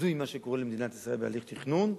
הזוי מה שקורה למדינת ישראל בהליך תכנון.